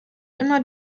immer